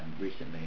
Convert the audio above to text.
recently